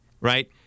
Right